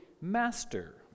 master